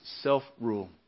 self-rule